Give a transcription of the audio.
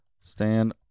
stand